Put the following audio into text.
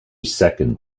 second